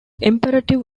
imperative